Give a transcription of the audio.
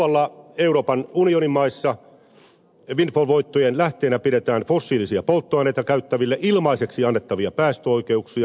muualla euroopan unionin maissa windfall voittojen lähteenä pidetään fossiilisia polttoaineita käyttäville ilmaiseksi annettavia päästöoikeuksia